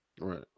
Right